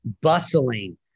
bustling